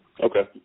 Okay